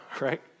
right